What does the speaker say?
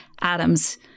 Adams